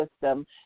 system